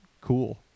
cool